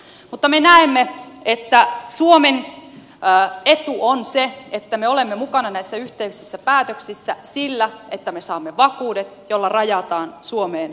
mutta me näemme että suomen etu on se että me olemme mukana näissä yhteisissä päätöksissä sillä että me saamme vakuudet millä rajataan suomeen kohdistuvia riskejä